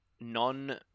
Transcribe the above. non